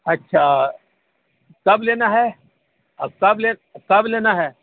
اچھا کب لینا ہے اور سب کب لینا ہے